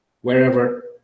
wherever